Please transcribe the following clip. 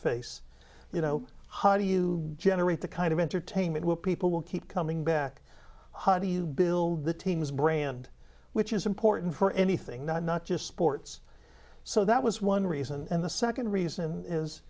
face you know how do you generate the kind of entertainment where people will keep coming back how do you build the teams brand which is important for anything not just sports so that was one reason and the second reason is